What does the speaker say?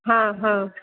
हँ हँ